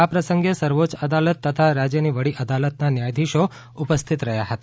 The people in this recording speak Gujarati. આ પ્રસંગે સર્વોચ્ય અદાલત તથા રાજ્યની વડી અદાલતના ન્યાયાધીશો ઉપસ્થિત રહ્યાં હતા